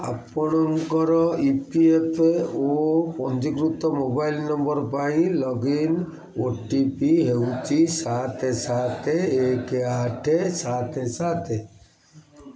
ଆପଣଙ୍କର E P F ପଞ୍ଜୀକୃତ mobile number ପାଇଁ ଲଗଇନ୍ ଓ ଟି ପି ହେଉଛି ସାତ ସାତ ଏକ ଆଠ ସାତ ସାତ